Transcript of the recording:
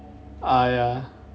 !aiya!